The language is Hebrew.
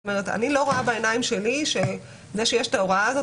אני לא רואה בעיניים שלי שזה שיש את ההוראה הזאת,